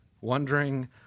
wondering